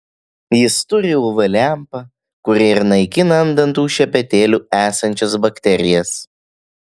jis turi uv lempą kuri ir naikina ant dantų šepetėlių esančias bakterijas